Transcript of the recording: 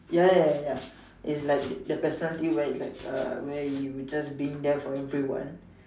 ya ya ya ya ya it's like the personality where like uh where you just being there for everyone